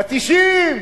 פטישים.